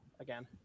again